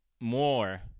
more